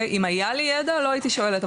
אם היה לי ידע לא הייתי שואלת,